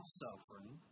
suffering